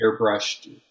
airbrushed